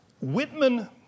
Whitman